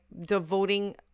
devoting